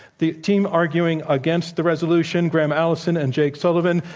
the team arguing against the resolution, graham allison and jake sullivan,